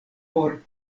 por